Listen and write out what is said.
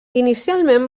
inicialment